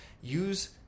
use